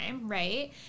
right